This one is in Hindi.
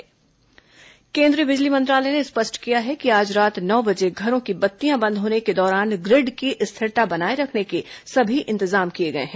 कोरोना बिजली स्पष्टीकरण केंद्रीय बिजली मंत्रालय ने स्पष्ट किया है कि आज रात नौ बजे घरों की बत्तियां बंद होने के दौरान ग्रिड की स्थिरता बनाए रखने के सभी इंतजाम किए गए हैं